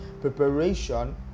preparation